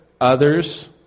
others